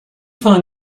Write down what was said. find